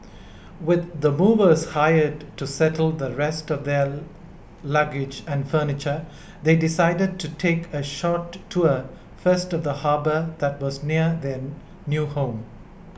with the movers hired to settle the rest of their luggage and furniture they decided to take a short tour first of the harbour that was near their new home